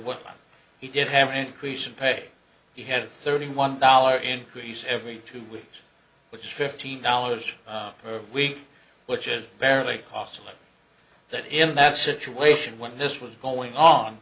what he did have an increase in pay he had a thirty one dollar increase every two weeks which is fifteen dollars per week which is fairly costly that in that situation when this was going on